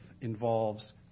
involves